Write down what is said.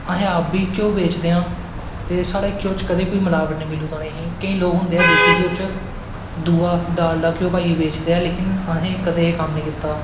अस आप बी घ्यो बेचदे ऐं ते साढ़े घ्यो च कदैं कोई मलावट नी मिलग तुसेंगी केंई लोग होंदे ऐँ देस्सी घ्यो च दुआ डालडा घ्यो पाईयै बेचदे ऐं लेकिन असैं कदैं एह् कम्म नी कीता